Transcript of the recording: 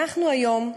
אנחנו היום,